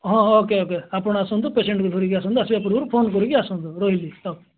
ହଁ ହଁ okay okay ଅପଣ ଆସନ୍ତୁ ପେସେଣ୍ଟ୍କୁ ଧରିକି ଆସନ୍ତୁ ଆସିବା ପୂର୍ବରୁ ଫୋନ୍ କରିକି ଆସନ୍ତୁ ରହିଲି